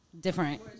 different